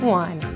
one